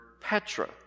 Petra